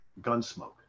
Gunsmoke